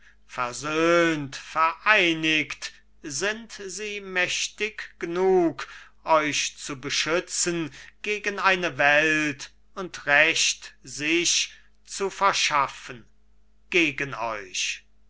versöhnt vereinigt sind sie mächtig gnug euch zu beschützen gegen eine welt und recht sich zu verschaffen gegen euch